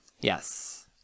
Yes